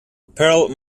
pearl